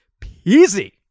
peasy